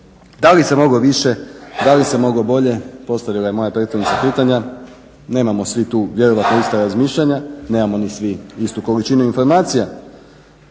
Da li se moglo više, da li se moglo bolje postavila je moja prethodnica pitanja. Nemamo svi tu vjerojatno ista razmišljanja, nemamo ni svi istu količinu informacija.